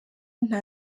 nta